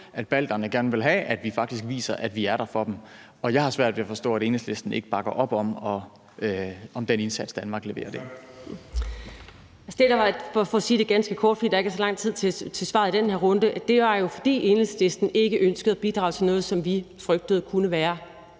at balterne gerne vil have, at vi faktisk viser, at vi er der for dem. Jeg har svært ved at forstå, at Enhedslisten ikke bakker op om den indsats, Danmark leverer der.